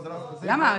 למה?